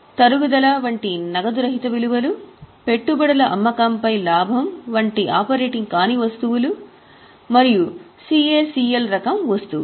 తరుగుదల వంటి నగదు రహిత విలువలు పెట్టుబడుల అమ్మకంపై లాభం వంటి ఆపరేటింగ్ కాని వస్తువులు మరియు సిఎసిఎల్ రకం వస్తువులు